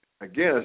again